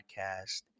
podcast